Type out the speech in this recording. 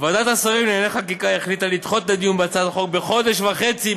ועדת השרים לענייני חקיקה החליטה לדחות את הדיון בהצעת החוק בחודש וחצי.